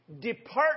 Depart